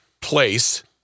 place